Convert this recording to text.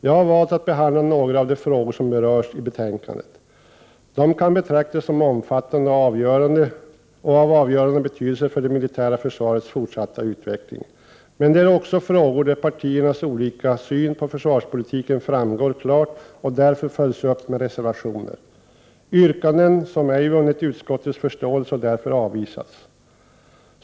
Jag har valt att behandla några av de frågor som berörs i betänkandet. De kan betraktas som omfattande och av avgörande betydelse för det militära försvarets fortsatta utveckling. Men de är också frågor där partiernas olika syn på försvarspolitiken framgår klart och därför följts upp med reservationer. Yrkanden som ej vunnit utskottets förståelse har därför avvisats.